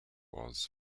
was